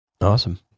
awesome